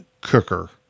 cooker